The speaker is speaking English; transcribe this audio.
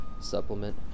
supplement